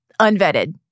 unvetted